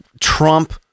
Trump